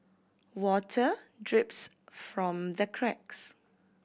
water drips from the cracks